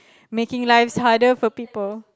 making lives harder for people